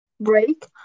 break